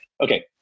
Okay